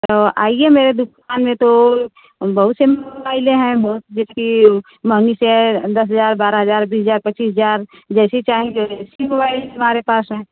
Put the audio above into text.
आइए मेरे दुकान में तो बहुत सी मोबाईलें हैं दस हज़ार बारा हज़ार बीस हज़ार पच्चीस हज़ार जैसी चाहेंगे वैसी मोबाईल्स हमारे पास हैं